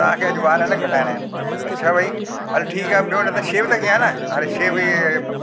तव्हांखे अॼु वार न कटाइणा आहिनि अच्छा भई हल ठीकु आहे ॿियो न त शेव त कया न हाणे शेव इहे